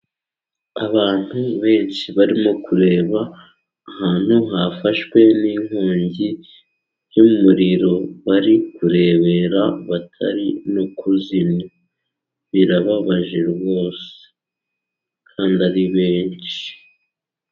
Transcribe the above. Abantu benshi barimo kureba ahantu hafashwe n'inkongi y'umuriro. Bari kurebera batari kuzimya. birababaje rwose, kandi ari benshi.